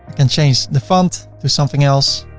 and change the font to something else.